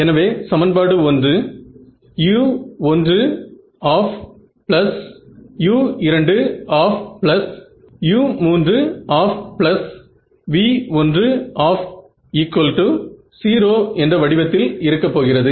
எனவே சமன்பாடு 1 u1 u2 u3 v1 0 என்ற வடிவத்தில் இருக்க போகிறது